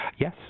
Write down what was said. Yes